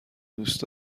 دوست